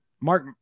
Mark